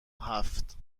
هفت